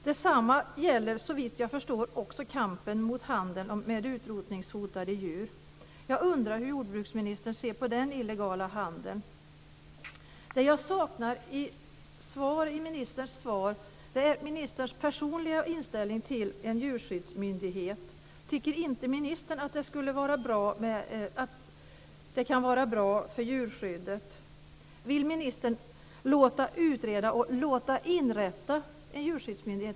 Detsamma gäller, såvitt jag förstår, kampen mot handeln med utrotningshotade djur. Jag undrar hur jordbruksministern ser på den illegala handeln. Det jag saknar i ministerns svar är ministerns personliga inställning till en djurskyddsmyndighet. Tycker inte ministern att det kan vara bra för djurskyddet? Vill ministern låta utreda och låta inrätta en djurskyddsmyndighet?